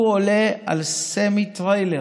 הוא עולה על סמיטריילר